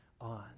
on